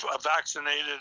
vaccinated